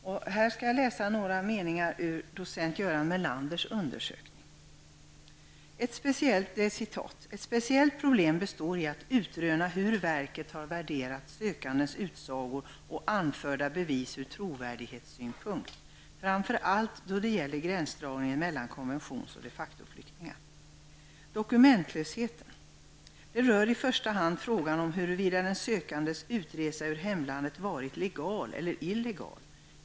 Jag vill här citera några meningar ur docent Göran Melanders undersökning: ''Ett speciellt problem består i att utröna hur verket har värderat sökandens utsagor och anförda bevis ur trovärdighetssynpunkt, framför allt då det gäller gränsdragningen mellan konventions och de facto-flyktingar. -- Dokumentlösheten rör i första hand frågan om huruvida den sökandes utresa ur hemlandet varit legal eller illegal.